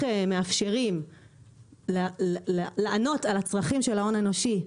מאפשרים לענות על הצרכים של ההון האנושי.